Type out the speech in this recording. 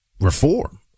reform